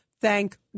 Thank